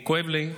כואב לי,